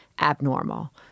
abnormal